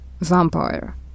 Vampire